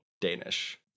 Danish